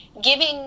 giving